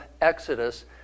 Exodus